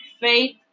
Faith